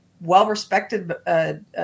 well-respected